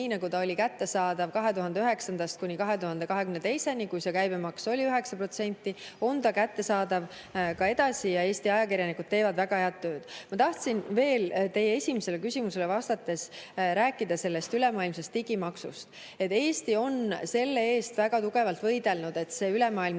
see oli kättesaadav 2009–2022, kui käibemaks oli 9%, on kättesaadav ka edaspidi ja Eesti ajakirjanikud teevad väga head tööd. Ma tahtsin veel teie esimesele küsimusele vastates rääkida ülemaailmsest digimaksust. Eesti on selle eest väga tugevalt võidelnud, et see ülemaailmne